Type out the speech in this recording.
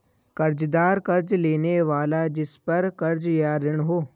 कर्ज़दार कर्ज़ लेने वाला जिसपर कर्ज़ या ऋण हो